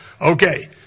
okay